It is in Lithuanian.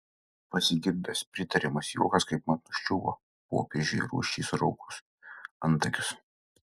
pasigirdęs pritariamas juokas kaipmat nuščiuvo popiežiui rūsčiai suraukus antakius